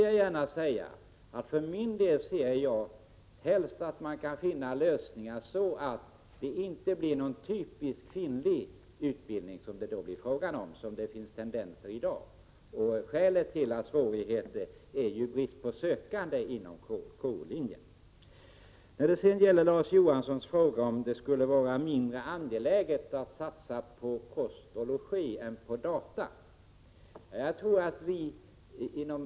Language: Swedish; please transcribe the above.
Jag för min del ser helst att det inte blir en typiskt kvinnlig utbildning — det finns dock sådana tendenser i dag. Ett skäl till svårigheterna i detta sammanhang är bristen på sökande till KO-linjen. Larz Johansson frågar om det är mindre angeläget att satsa på kost och hälsa än på data. Jag vill då säga följande.